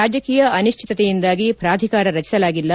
ರಾಜಕೀಯ ಅನಿಶ್ಚಿತತೆಯಿಂದಾಗಿ ಪ್ರಾಧಿಕಾರ ರಚಿಸಲಾಗಿಲ್ಲ